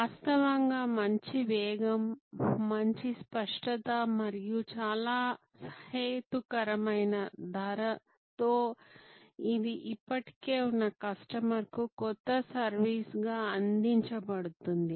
వాస్తవంగా మంచి వేగం మంచి స్పష్టత మరియు చాలా సహేతుకమైన ధర తో ఇది ఇప్పటికే ఉన్న కస్టమర్కు కొత్త సర్వీస్ గా అందించబడుతుంది